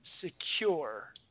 secure